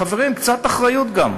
חברים, קצת אחריות גם.